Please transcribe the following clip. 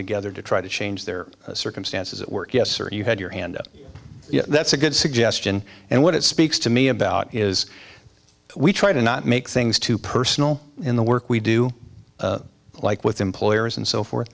together to try to change their circumstances at work yes or you had your hand you know that's a good suggestion and what it speaks to me about is we try to not make things too personal in the work we do like with employers and so forth